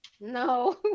No